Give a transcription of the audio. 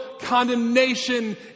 condemnation